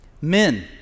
Men